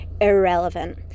irrelevant